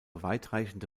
weitreichende